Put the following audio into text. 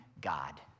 God